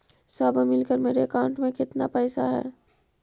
सब मिलकर मेरे अकाउंट में केतना पैसा है?